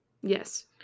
Yes